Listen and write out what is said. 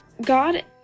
God